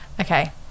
Okay